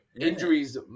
injuries